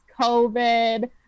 COVID